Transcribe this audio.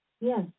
Yes